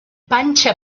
panxa